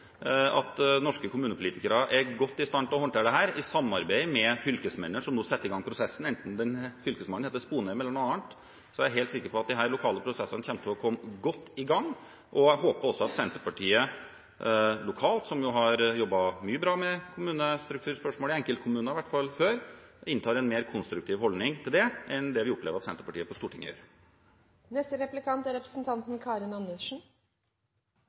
at norske kommunepolitikere er godt i stand til å håndtere dette, i samarbeid med fylkesmennene, som nå setter i gang prosessen. Enten den fylkesmannen heter Sponheim eller noe annet, er jeg helt sikker på at disse lokale prosessene kommer til å komme godt i gang. Jeg håper også at Senterpartiet lokalt, som i hvert fall før har jobbet mye bra med kommunestrukturspørsmål i enkeltkommuner, inntar en mer konstruktiv holdning til det enn det vi opplever at Senterpartiet på Stortinget